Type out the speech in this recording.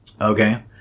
Okay